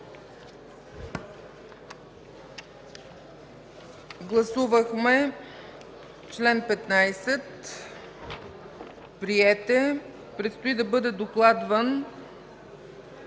Гласувахме чл. 15. Приет е. Предстои да бъде докладван